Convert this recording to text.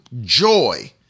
joy